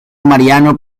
mariano